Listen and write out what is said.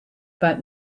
about